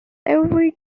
every